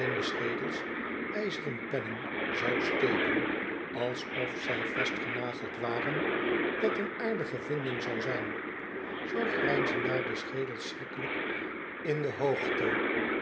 schedels ijzeren pennen zou steken alsof zij vastgenageld waren dat een aardige vinding zou zijn zoo grijnzen daar de schedels de stad der afwezigen schrikkelijk in de hoogte